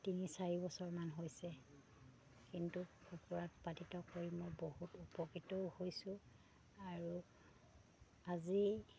তিনি চাৰি বছৰমান হৈছে কিন্তু কুকুৰা উৎপাদিত কৰি মই বহুত উপকৃতও হৈছোঁ আৰু আজি